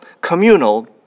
communal